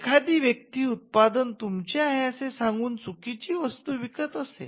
एखादी व्यक्ती उत्पादन तुमचे आहे असे सांगून चुकीची वस्तू विकत असे